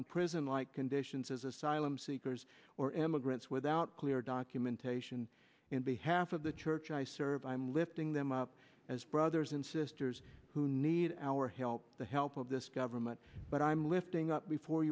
in prison like condition as asylum seekers or immigrants without clear documentation in behalf of the church i serve i'm lifting them up as brothers and sisters who need our help the help of this government but i'm lifting up before